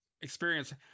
experience